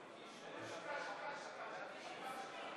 אתה יודע כמה יש במאגר של הצבא,